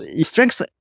Strengths